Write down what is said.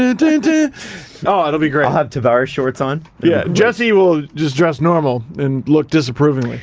and and oh, it'll be great. i'll have tavares shorts on yeah. jesse will just dress normal and look disapproving. like